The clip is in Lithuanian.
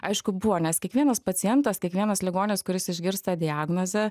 aišku buvo nes kiekvienas pacientas kiekvienas ligonis kuris išgirsta diagnozę